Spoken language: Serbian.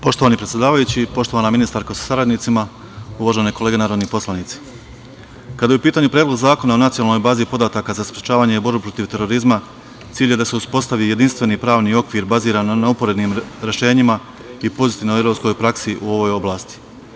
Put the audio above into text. Poštovani predsedavajući, poštovana ministarko sa saradnicima, uvažene kolege narodni poslanici, kada je u pitanju Predlog zakona o Nacionalnoj bazi podataka za sprečavanje i borbu protiv terorizma, cilj je da se uspostavi jedinstveni pravni okvir baziran na uporednim rešenjima i pozitivnoj evropskoj praksi u ovoj oblasti.